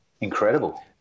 Incredible